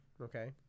Okay